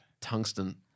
Tungsten